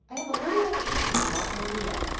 i am a little uneasy about maria.